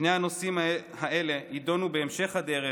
שני הנושאים האלה יידונו בהמשך הדרך,